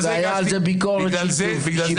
והייתה על זה ביקורת שיפוטית.